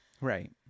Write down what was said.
Right